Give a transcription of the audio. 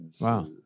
Wow